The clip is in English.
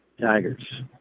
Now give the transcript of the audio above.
Tigers